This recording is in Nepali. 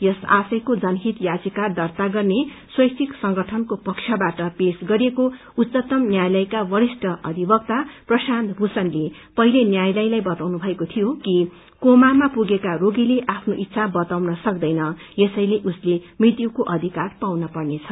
यस आशयको जनहित याचिका दर्ता गर्ने स्वैच्छिक संगठनको पक्षबाट पेश गरिएको उच्चतमक न्यायालयका वरिष्ठ अधिवक्ता प्रशान्त भूषणले पहिले न्यायालयलाई बताउनुभएको थियो कि कोमामा पुगेका रागीले आफ्नो इच्छा बताउन सक्दैन यसैले उसले मृत्युको अधिकार पाउन पर्नेछ